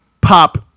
Pop